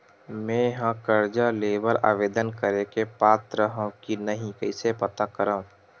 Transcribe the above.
मेंहा कर्जा ले बर आवेदन करे के पात्र हव की नहीं कइसे पता करव?